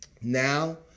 Now